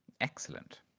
Excellent